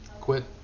quit